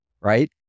Right